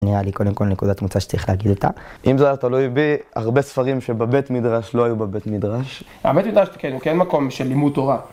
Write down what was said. היה לי קודם כל נקודת מוצא שצריך להגיד אותה אם זה היה תלוי בי, הרבה ספרים שבבית מדרש לא היו בבית מדרש הבית מדרש כן, הוא כן מקום של לימוד תורה